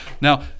Now